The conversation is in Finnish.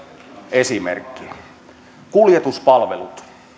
kuljetuspalvelut